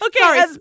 Okay